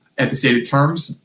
at the stated terms.